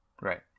Right